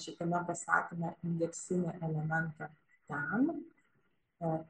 šitame pasakyme indeksinį elementą ten